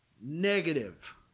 Negative